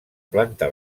planta